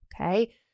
okay